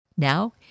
Now